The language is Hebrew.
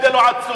ההבדל הוא עצום.